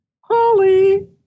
Holly